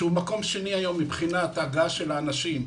שהוא מקום שני היום מבחינת ההגעה של האנשים,